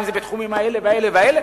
אם זה בתחומים האלה והאלה,